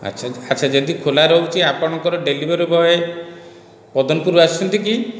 ଆଚ୍ଛା ଆଚ୍ଛା ଯଦି ଖୋଲା ରହୁଛି ଆପଣଙ୍କର ଡେଲିଭରି ବଏ ପଦନପୁର ଆସୁଛନ୍ତି କି